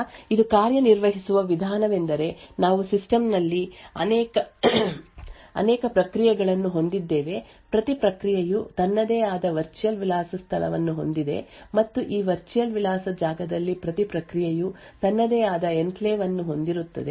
ಆದ್ದರಿಂದ ಇದು ಕಾರ್ಯನಿರ್ವಹಿಸುವ ವಿಧಾನವೆಂದರೆ ನಾವು ಸಿಸ್ಟಮ್ನಲ್ಲಿ ಅನೇಕ ಪ್ರಕ್ರಿಯೆಗಳನ್ನು ಹೊಂದಿದ್ದೇವೆ ಪ್ರತಿ ಪ್ರಕ್ರಿಯೆಯು ತನ್ನದೇ ಆದ ವರ್ಚುಯಲ್ ವಿಳಾಸ ಸ್ಥಳವನ್ನು ಹೊಂದಿದೆ ಮತ್ತು ಈ ವರ್ಚುಯಲ್ ವಿಳಾಸ ಜಾಗದಲ್ಲಿ ಪ್ರತಿ ಪ್ರಕ್ರಿಯೆಯು ತನ್ನದೇ ಆದ ಎನ್ಕ್ಲೇವ್ ಅನ್ನು ಹೊಂದಿರುತ್ತದೆ